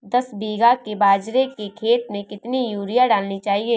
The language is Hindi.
दस बीघा के बाजरे के खेत में कितनी यूरिया डालनी चाहिए?